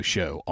Show